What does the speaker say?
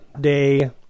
day